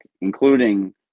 including